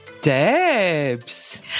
Debs